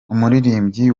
muririmbyi